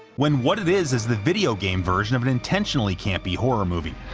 when what it is is the video game version of an intentionally-campy horror movie.